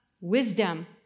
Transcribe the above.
wisdom